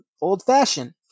old-fashioned